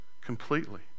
completely